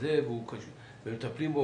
ומטפלים בו,